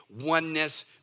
oneness